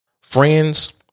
Friends